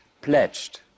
pledged